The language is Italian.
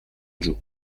giù